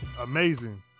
Amazing